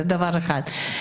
זה דבר אחד.